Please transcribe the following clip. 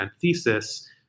thesis